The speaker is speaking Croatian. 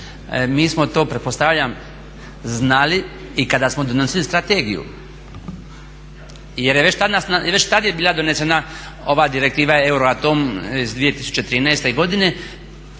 mi smo to pretpostavljam znali i kada smo donosili strategiju, jer je već tad bila donesena ova Direktiva Euroatom iz 2013. godine,